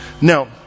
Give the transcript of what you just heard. Now